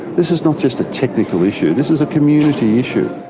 this is not just a technical issue, this is a community issue.